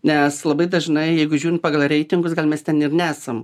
nes labai dažnai jeigu žiūrint pagal reitingus gal mes ten ir nesam